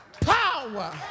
Power